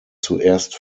zuerst